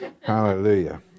Hallelujah